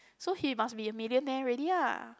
so he must be a millionaire already lah